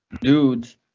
dudes